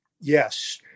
Yes